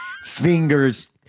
fingers